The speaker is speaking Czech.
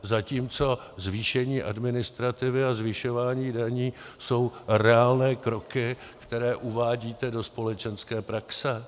Zatímco zvýšení administrativy a zvyšování daní jsou reálné kroky, které uvádíte do společenské praxe.